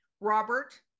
Robert